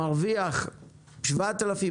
מרוויח 7,000,